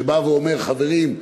שבא ואומר: חברים,